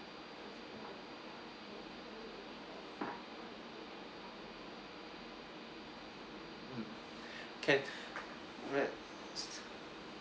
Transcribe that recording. can alright